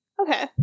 Okay